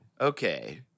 Okay